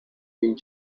він